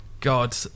God